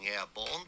airborne